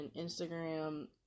Instagram